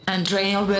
Andrea